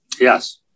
Yes